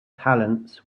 talents